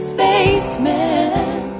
Spaceman